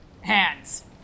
hands